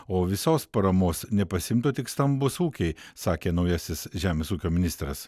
o visos paramos nepasiimtų tik stambūs ūkiai sakė naujasis žemės ūkio ministras